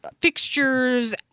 fixtures